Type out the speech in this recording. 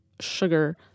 sugar